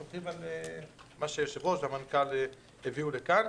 אנחנו סומכים על מה שהיושב-ראש והמנכ"ל הביאו לכאן.